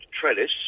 trellis